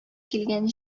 килгән